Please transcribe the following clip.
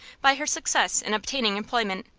by her success in obtaining employment,